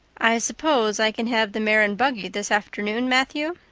i suppose i can have the mare and buggy this afternoon, matthew?